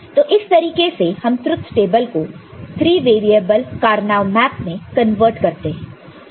तो इस तरीके से हम ट्रुथ टेबल को 3 वेरिएबल कार्नो मैप में कन्वर्ट करते हैं